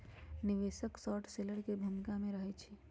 निवेशक short seller की भूमिका में रहइ छै